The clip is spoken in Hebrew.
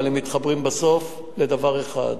אבל הם מתחברים בסוף לדבר אחד.